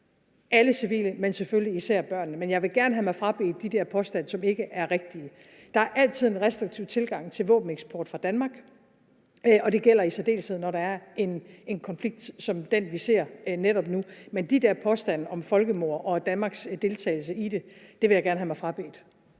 alle civile, men selvfølgelig især børnene. Men jeg vil gerne have mig frabedt de der påstande, som ikke er rigtige. Der er altid en restriktiv tilgang til våbeneksport fra Danmark, og det gælder i særdeleshed, når der er en konflikt som den, vi ser netop nu, men de der påstande om folkemord og Danmarks deltagelse i det vil jeg gerne have mig frabedt.